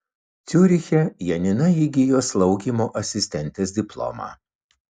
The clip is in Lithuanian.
ciuriche janina įgijo slaugymo asistentės diplomą